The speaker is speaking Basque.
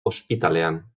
ospitalean